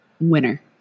winner